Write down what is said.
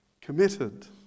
committed